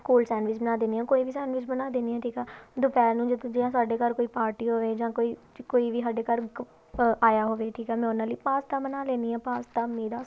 cold sandwich ਬਣਾ ਦਿੰਦੀ ਹਾਂ ਕੋਈ ਵੀ ਸੈਂਡਵਿਚ ਬਣਾ ਦਿੰਦੀ ਹਾਂ ਠੀਕ ਆ ਦੁਪਹਿਰ ਨੂੰ ਜਿਵੇਂ ਸਾਡੇ ਘਰ ਕੋਈ ਪਾਰਟੀ ਹੋਵੇ ਜਾਂ ਕੋਈ ਕੋਈ ਵੀ ਸਾਡੇ ਘਰ ਕ ਅ ਆਇਆ ਹੋਵੇ ਠੀਕ ਹੈ ਮੈਂ ਉਹਨਾਂ ਲਈ ਪਾਸਤਾ ਬਣਾ ਲੈਂਦੀ ਹਾਂ ਪਾਸਤਾ ਮੇਰਾ